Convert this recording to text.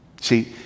See